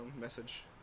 message